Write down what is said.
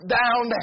down